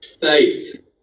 faith